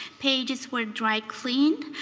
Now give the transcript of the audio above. pages were dry cleaned,